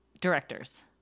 directors